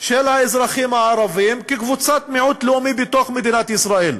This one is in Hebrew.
של האזרחים הערבים כקבוצת מיעוט לאומי בתוך מדינת ישראל.